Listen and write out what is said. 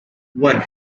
one